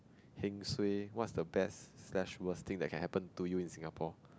heng suay what's the best slash worst thing that can happen to you in Singapore